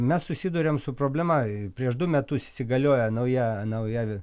mes susiduriam su problema prieš du metus įsigaliojo nauja nauja